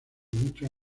muchos